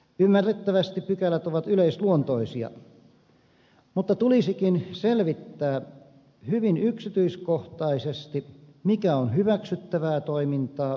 ymmärrettävästi pykälät ovat yleisluontoisia mutta tulisikin selvittää hyvin yksityiskohtaisesti mikä on hyväksyttävää toimintaa ja mikä ei